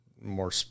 more